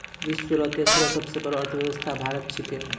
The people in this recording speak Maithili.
विश्व रो तेसरो सबसे बड़ो अर्थव्यवस्था भारत छिकै